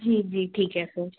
जी जी ठीक है फिर